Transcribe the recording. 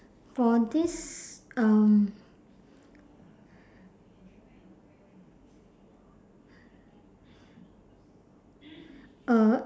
for this um